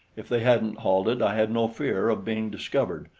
if they hadn't halted, i had no fear of being discovered,